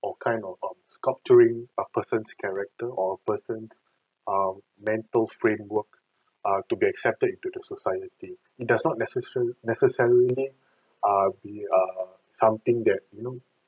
all kind of um sculpturing a person's character or a person's um mental framework err to be accepted into the society it does not necessary necessarily err be err something that you know